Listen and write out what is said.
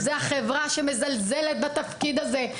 זה החברה שמזלזלת בתפקיד הזה,